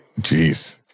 Jeez